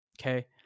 okay